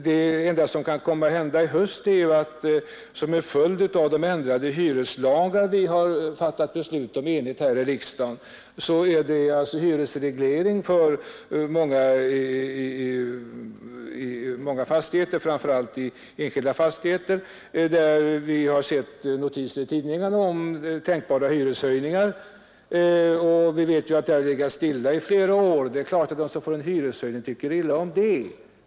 Det enda som kan komma att hända i höst är att det, som en följd av de ändrade hyreslagar vi har fattat beslut om i enighet här i riksdagen, blir hyreshöjningar i fastigheter, framför allt enskilda, som är underkastade hyresreglering; vi har sett notiser i tidningarna om att sådana hyreshöjningar är tänkbara. Vi vet att hyran där har legat stilla i flera år. Det är klart att de som får en hyreshöjning tycker illa om den.